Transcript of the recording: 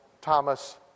Thomas